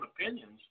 opinions